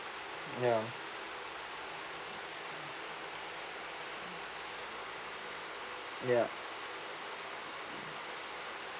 yeah yeah